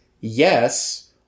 Yes